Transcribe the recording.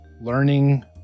learning